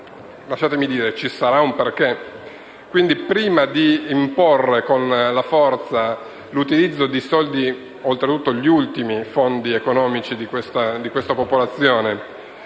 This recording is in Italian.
lasciatemelo dire, ci sarà un perché. Quindi prima di imporre con la forza l'utilizzo degli ultimi fondi economici di questa popolazione